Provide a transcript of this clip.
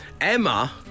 Emma